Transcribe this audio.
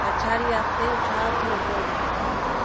पछाड़ीय हफ़्ते छा थियो हो